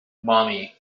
mommy